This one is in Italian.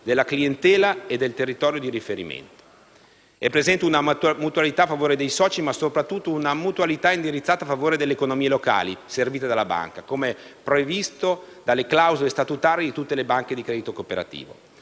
della clientela e del territorio di riferimento. È presente una mutualità a favore dei soci, ma sopratutto una mutualità indirizzata a favore delle economie locali servite dalla banca, come provato dalle clausole statutarie di tutte le banche di credito cooperativo.